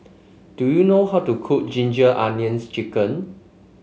do you know how to cook Ginger Onions chicken